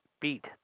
beat